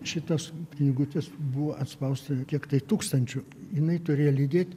šitos knygutės buvo atspausta kiek tai tūkstančių jinai turėjo lydėt